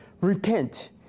Repent